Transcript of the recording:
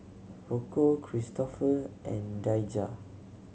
Rocco Kristoffer and Daijah